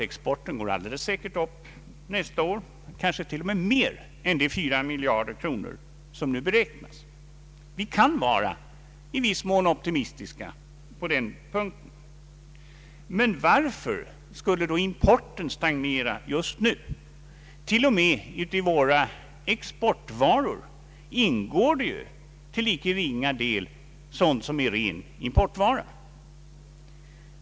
Exportvärdet går alldeles säkert upp nästa år, kanske till och med mer än de 4 miljarder kronor som nu beräknas. Vi kan i viss mån vara optimistiska på den punkten. Men varför skulle då importen stagnera just nu? Även i våra exportvaror ingår ju till icke ringa del sådant som är ren importvara.